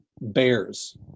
bears